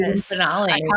finale